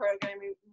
programming